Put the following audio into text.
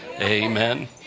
Amen